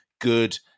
good